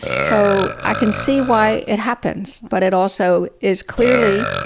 so i can see why it happens. but it also is clearly,